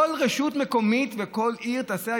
כל רשות מקומית וכל עיר תעשה,